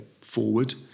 forward